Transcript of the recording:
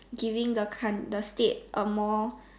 giving the count~ the state a more